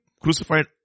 crucified